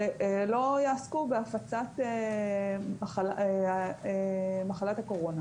ולא יעסקו בהפצת מחלת הקורונה